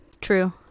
True